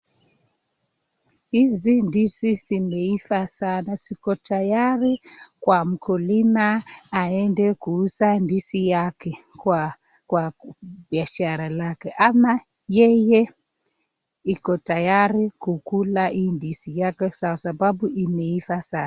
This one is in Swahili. Hizi ndizi zimeiva sana, ziko tayari kwa mkulima aende kuuza ndizi yake kwa biashara lake. Ama yeye ako tayari kukula hii ndizi yake kwa sababu imeifa sana.